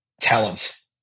talents